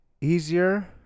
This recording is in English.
easier